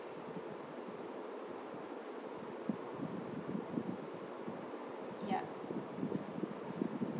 ya